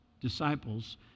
disciples